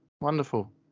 wonderful